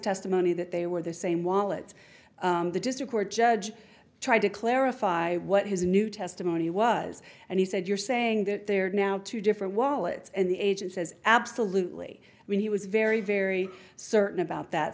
testimony that they were the same wallet the district court judge tried to clarify what his new testimony was and he said you're saying that there are now two different wallets and the agent says absolutely when he was very very certain about that